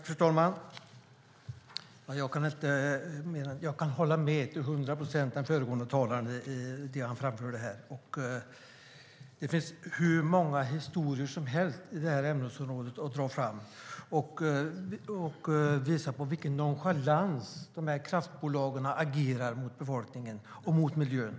Fru talman! Jag kan hålla med den föregående talaren till hundra procent i det han framförde. Det finns många historier som helst att dra fram på detta ämnesområde som visar på med vilken nonchalans kraftbolagen agerar mot befolkningen och mot miljön.